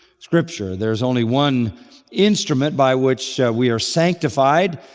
scripture, there's only one instrument by which we are sanctified.